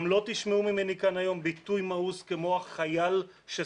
גם לא תשמעו אותי ממני כאן היום ביטוי מאוס כמו החייל שסרח,